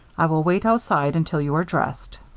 i will wait outside until you are dressed.